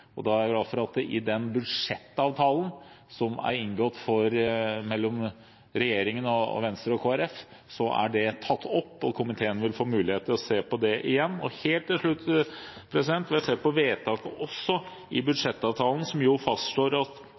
den budsjettavtalen som er inngått mellom regjeringen, Venstre og Kristelig Folkeparti, er det tatt opp, og komiteen vil få mulighet til å se på det igjen. Og helt til slutt